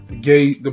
gay